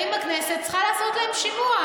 האם הכנסת צריכה לעשות להם שימוע.